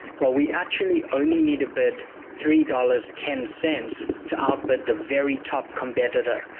while we actually only need a bid three dollars, ten cents to outbid the very top competitor,